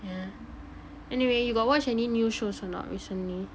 yeah anyway you got watch any new shows or not recently